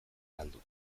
galdu